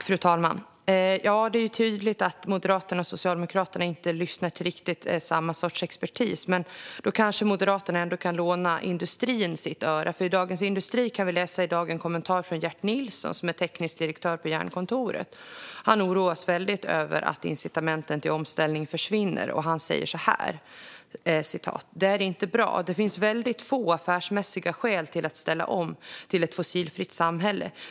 Fru talman! Det är tydligt att Moderaterna och Socialdemokraterna inte lyssnar till samma expertis. Moderaterna kanske ändå kan låna industrin sitt öra. I Dagens industri kan vi i dag läsa en kommentar från Gert Nilson, som är teknisk direktör vid Jernkontoret. Han är väldigt orolig över att incitamenten till omställning försvinner och säger: "Det är inte bra. Det finns väldigt få affärsmässiga skäl att ställa om till ett fossilfritt samhälle.